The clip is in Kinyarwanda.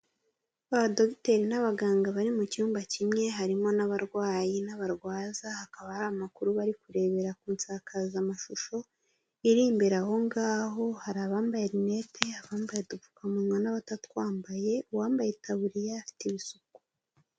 Abadogiteri n'abaganga bari mu cyumba kimwe harimo n'abarwayi n'abarwaza, hakaba hari amakuru bari kurebera ku nsakazamashusho iri imbere ahongaho. Hari abambaye rinete, abambaye udupfukamunwa n'abatatwambaye, uwambaye itaburiya afite ibisuko.